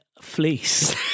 fleece